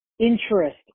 interest